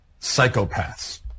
psychopaths